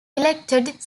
elected